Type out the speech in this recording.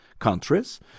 countries